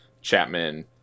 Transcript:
Chapman